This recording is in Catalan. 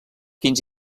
fins